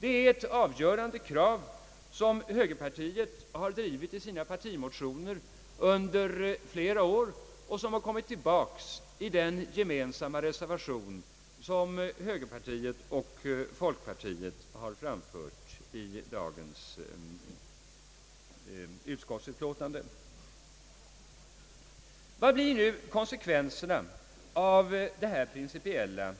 Detta resonemang har återkommit i högerpartiets partimotioner under flera år och har också kommit tillbaks i den gemensamma reservation som högerpartiet och folkpartiet har framfört i det utskottsutlåtande vi diskuterar i dag. Vilka konsekvenser får nu detta principiella